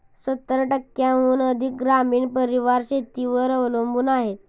सत्तर टक्क्यांहून अधिक ग्रामीण परिवार शेतीवर अवलंबून आहेत